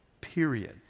period